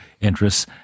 interests